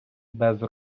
без